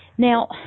Now